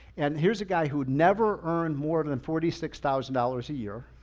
and here's a guy who never earned more than and forty six thousand dollars a year.